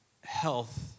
health